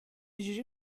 جوری